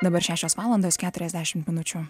dabar šešios valandos keturiasdešimt minučių